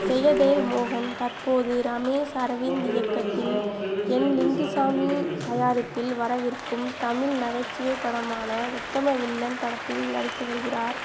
ஜெயதேவ் மோகன் தற்போது ரமேஷ் அரவிந்த் இயக்கத்தில் என் லிங்குசாமி தயாரிப்பில் வரவிருக்கும் தமிழ் நகைச்சுவை படமான உத்தம வில்லன் படத்தில் நடித்து வருகிறார்